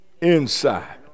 inside